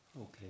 Okay